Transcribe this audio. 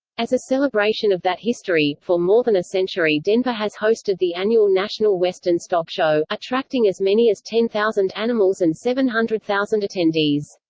as a celebration of that history, for more than a century denver has hosted the annual national western stock show, attracting as many as ten thousand animals and seven hundred thousand attendees.